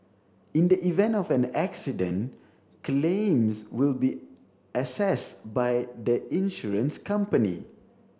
in the event of an accident claims will be assessed by the insurance company